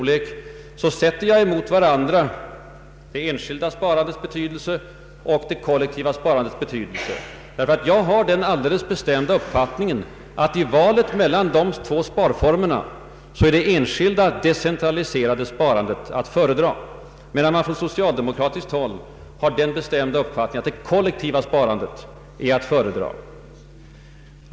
Jag ställde mot varandra det enskilda sparandet och det kollektiva sparandet och gav uttryck åt min alldeles bestämda uppfattning att i valet mellan dessa båda sparformer det enskilda decentraliserade sparandet är att föredra. På socialdemokratiskt håll har man uppenbarligen den bestämda uppfattningen att det kollektiva sparandet är bättre.